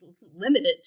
limited